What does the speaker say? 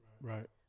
Right